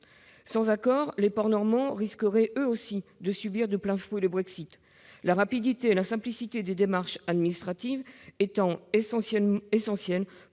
Sans accord, les ports normands risqueraient eux aussi de subir de plein fouet le Brexit, la rapidité et la simplicité des démarches administratives étant essentielles